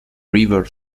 river